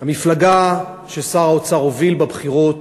המפלגה ששר האוצר הוביל בבחירות